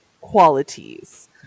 qualities